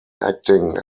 acting